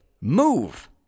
move